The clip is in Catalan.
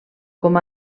com